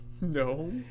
no